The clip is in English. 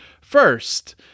first